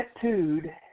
tattooed